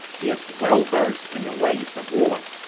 he is well-versed in the ways of war.